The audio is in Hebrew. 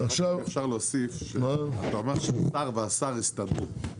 רק אאפשר להוסיף אתה אומר השר והשר יסתדרו.